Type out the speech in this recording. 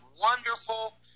wonderful